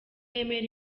yemera